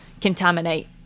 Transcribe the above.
contaminate